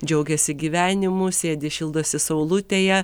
džiaugiasi gyvenimu sėdi šildosi saulutėje